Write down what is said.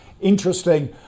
Interesting